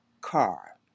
car